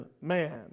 man